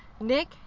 Nick